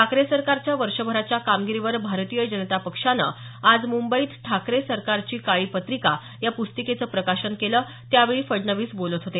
ठाकरे सरकारच्या वर्षभराच्या कमागिरीवर भारतीय जनता पक्षानं आज मुंबई ठाकरे सरकारची काळी पत्रिका या पुस्तिकेचं प्रकाशन केलं त्यावेळी फडणवीस बोलत होते